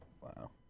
Wow